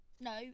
No